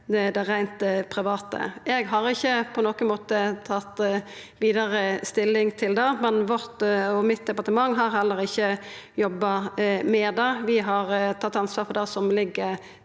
det reint private. Eg har ikkje på nokon måte tatt vidare stilling til det, men mitt departement har heller ikkje jobba med det. Vi har tatt ansvaret for det som ligg